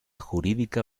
jurídica